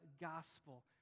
gospel